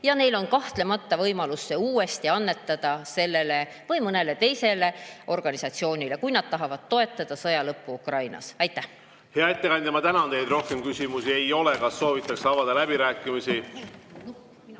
Ja neil on kahtlemata võimalus see uuesti annetada sellele või mõnele teisele organisatsioonile, kui nad tahavad toetada sõja lõppu Ukrainas. Hea ettekandja, ma tänan teid! Rohkem küsimusi ei ole. Kas soovitakse avada läbirääkimisi?